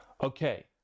Okay